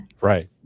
right